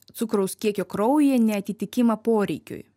cukraus kiekio kraujyje neatitikimą poreikiui